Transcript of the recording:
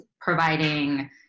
providing